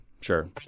sure